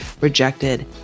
rejected